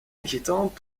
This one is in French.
inquiétant